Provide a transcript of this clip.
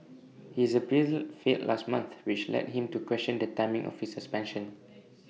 his appeal failed last month which led him to question the timing of his suspension